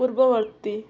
ପୂର୍ବବର୍ତ୍ତୀ